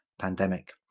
pandemic